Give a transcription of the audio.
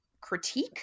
critique